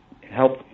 help